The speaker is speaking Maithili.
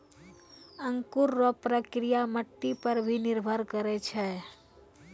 अंकुर रो प्रक्रिया मट्टी पर भी निर्भर करै छै